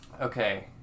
okay